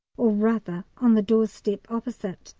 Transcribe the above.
or rather on the doorstep opposite.